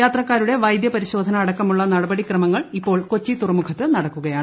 യാത്രക്കാരുടെ വൈദ്യപരിശോധന അടക്കമുള്ള നടപടിക്രമങ്ങൾ ഇപ്പോൾ കൊച്ചി തുറമുഖത്ത് നടക്കുകയാണ്